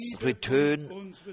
return